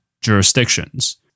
jurisdictions